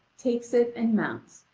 takes it and mounts,